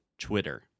Twitter